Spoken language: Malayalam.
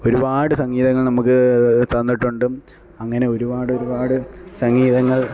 ഒരുപാട് സംഗീതങ്ങള് നമുക്ക് തന്നിട്ടുണ്ട് അങ്ങനെ ഒരുപാട് ഒരുപാട് സംഗീതങ്ങള്